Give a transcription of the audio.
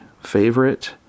favorite